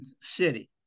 city